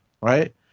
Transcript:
right